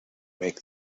make